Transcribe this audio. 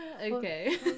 okay